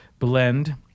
blend